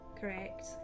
correct